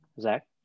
Zach